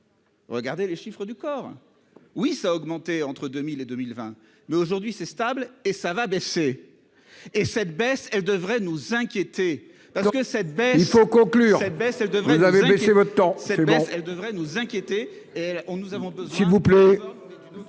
Regardez les chiffres du corps. Oui ça a augmenté entre 2000 et 2020 mais aujourd'hui c'est stable et ça va baisser. Et cette baisse elle devrait nous inquiéter, parce que cette baisse il faut conclure baisse elle devrait vous avez laissé votre temps seulement, elle devrait nous inquiéter. On nous avons.